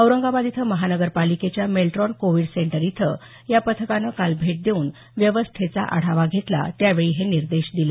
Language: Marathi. औरंगाबाद इथं महानगरपालिकेच्या मेलट्रॉन कोविड सेंटर इथं या पथकानं काल भेट देऊन व्यवस्थेचा आढावा घेतला त्यावेळी हे निर्देश दिले